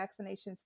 vaccinations